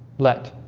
let